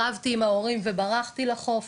רבתי עם ההורים וברחתי לחוף",